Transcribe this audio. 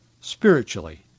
spiritually